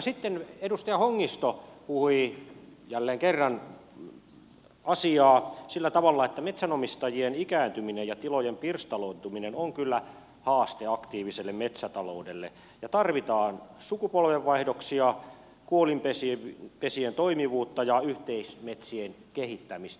sitten edustaja hongisto puhui jälleen kerran asiaa sillä tavalla että metsänomistajien ikääntyminen ja tilojen pirstaloituminen on kyllä haaste aktiiviselle metsätaloudelle ja tarvitaan sukupolvenvaihdoksia kuolinpesien toimivuutta ja yhteismetsien kehittämistä